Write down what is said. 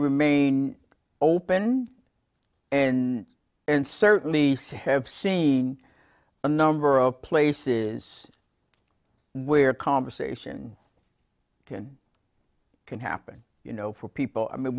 remain open and and certainly have seen a number of places where conversation can can happen you know for people i mean